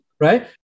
right